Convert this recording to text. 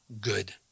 good